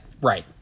right